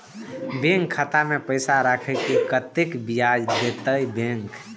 Bank खाता में पैसा राखे से कतेक ब्याज देते बैंक?